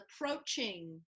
approaching